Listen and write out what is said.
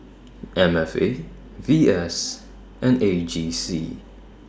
M F A V S and A G C